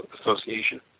Association